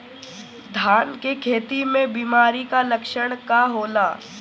धान के खेती में बिमारी का लक्षण का होला?